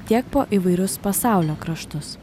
tiek po įvairius pasaulio kraštus